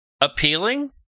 appealing